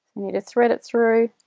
need to thread it through